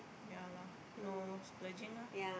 ya lah no splurging lah